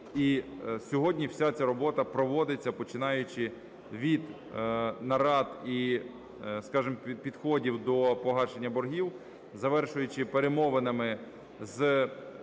сьогодні вся ця робота проводиться, починаючи від нарад і, скажемо, підходів до погашення боргів, завершуючи перемовинами з